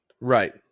Right